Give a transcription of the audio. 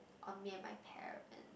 on me and my parent